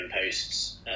posts